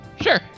sure